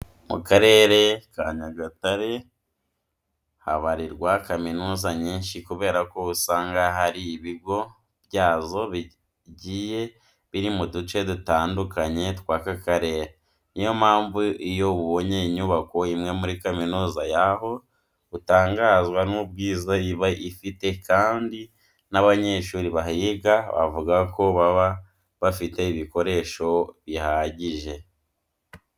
Mu Karere ka Nyagatare habarirwa kaminuza nyinshi kubera ko usanga hari ibigo byazo bigiye biri mu duce dutandukanye tw'aka karere. Ni yo mpamvu iyo ubonye inyubako imwe muri kaminuza yaho, utangazwa n'ubwiza iba ifite kandi n'abanyeshuri bahiga bavuga ko baba bafite ibikoresho bihagije.